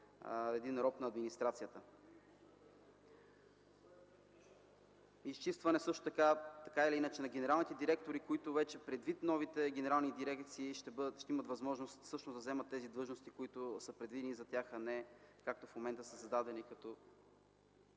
бъде роб на администрацията. Изчистване и на генералните директори, които вече, предвид новите генерални дирекции, ще имат възможност също да заемат тези длъжности, които са предвидени за тях, а не както в момента са зададени.